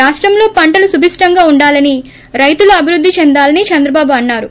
రాష్టంలో పంటలు సుభిస్టంగా వుండాలని రైతులు అభివృద్ధి చెందాలని చంద్ర బాబు తొన్నారు